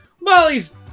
Molly's